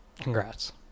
Congrats